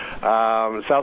South